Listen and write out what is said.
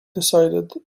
decided